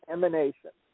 Emanation